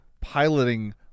piloting